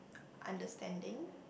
understanding